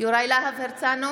יוראי להב הרצנו,